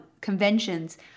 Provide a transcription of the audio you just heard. conventions